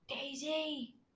Daisy